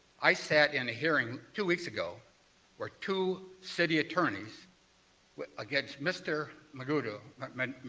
i sat in a hearing two weeks ago where two city attorneys against mr. mcgutto mcdonough,